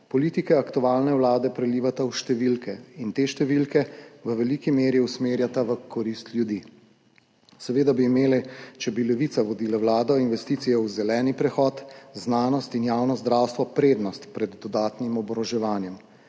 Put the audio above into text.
politike aktualne vlade prelivata v številke in te številke v veliki meri usmerjata v korist ljudi. Seveda bi imele, če bi Levica vodila vlado, investicije v zeleni prehod, znanost in javno zdravstvo prednost pred dodatnim oboroževanjem,